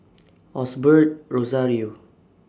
Osbert Rozario